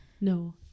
no